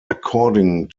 according